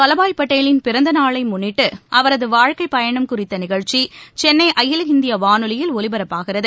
வல்லபாய் பட்டேலின் பிறந்தநாளைமுன்னிட்டுஅவரதுவாழ்க்கையயணம் சர்கார் குறித்தநிகழ்ச்சிசென்னைஅகில இந்தியவானொலியில் ஒலிபரப்பாகிறது